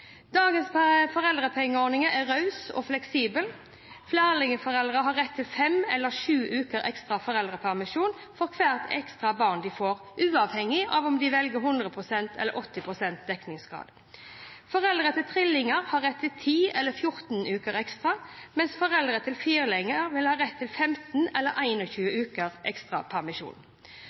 Dagens foreldrepengeordning er raus og fleksibel. Flerlingforeldre har rett til fem eller sju uker ekstra foreldrepermisjon for hvert ekstra barn de får, avhengig av om de velger 100 pst. eller 80 pst. dekningsgrad. Foreldre til trillinger har rett til 10 eller 14 uker ekstra, mens foreldre til firlinger vil ha rett til 15 eller 21 uker ekstra permisjon.